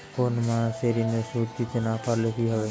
কোন মাস এ ঋণের সুধ দিতে না পারলে কি হবে?